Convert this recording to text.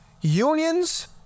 unions